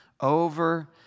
over